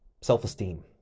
self-esteem